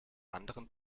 anderen